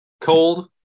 cold